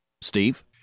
Steve